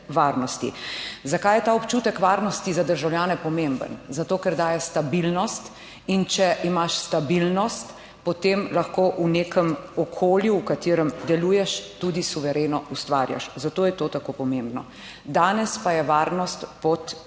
Zakaj je ta občutek varnosti za državljane pomemben? Zato, ker daje stabilnost. In če imaš stabilnost, potem lahko v nekem okolju, v katerem deluješ, tudi suvereno ustvarjaš, zato je to tako pomembno. Danes pa je varnost pod vprašajem